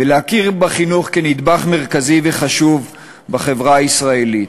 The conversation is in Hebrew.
ולהכיר בחינוך כנדבך מרכזי וחשוב בחברה הישראלית.